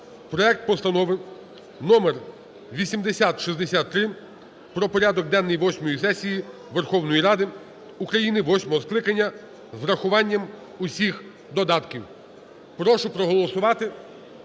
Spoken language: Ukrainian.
проект Постанови номер 8063 про порядок денний восьмої сесії Верховної Ради України восьмого скликання з урахуванням всіх додатків. Прошу проголосувати